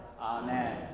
Amen